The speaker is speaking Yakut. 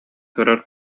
көрөр